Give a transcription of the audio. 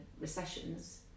recessions